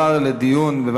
מס' 49) (נסיבות למתן צו הגנה על עובדים),